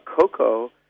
Cocoa